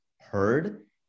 heard